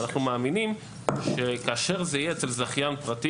אנחנו מאמינים שכאשר זה יהיה אצל זכיין פרטי